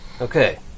Okay